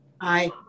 Aye